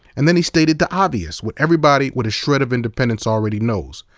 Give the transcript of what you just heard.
and then he stated the obvious, what everybody with a shred of independence already knows.